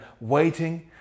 waiting